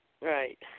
Right